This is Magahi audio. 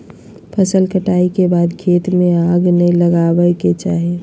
फसल कटाई के बाद खेत में आग नै लगावय के चाही